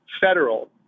federal